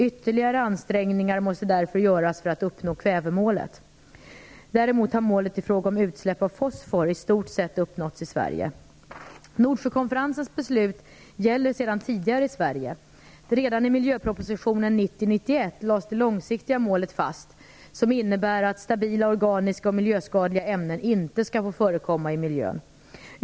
Ytterligare ansträngningar måste därför göras för att man skall uppnå kvävemålet. Däremot har målet i fråga om utsläpp av fosfor i stort sätt uppnåtts i Sverige. Nordsjökonferensens beslut 1995 gäller sedan tidigare i Sverige. Redan i miljöpropositionen 1990/91 lades det långsiktiga målet fast som innebär att stabila organiska och miljöskadliga ämnen inte skall få förekomma i miljön.